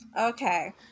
Okay